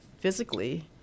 physically